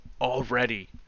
already